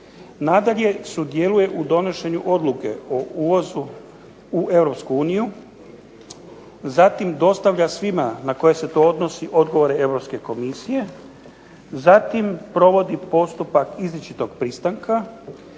Nadalje, sudjeluje u donošenju odluke o uvozu u EU. Zatim, dostavlja svima na koje se to odnosi odgovore Europske komisije. Zatim, provodi postupak izričitog pristanka.